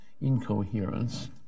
incoherence